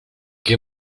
que